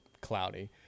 cloudy